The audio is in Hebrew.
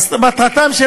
מטרתן של